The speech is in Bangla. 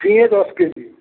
ঝিঙে দশ কেজি